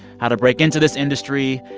how to break into this industry,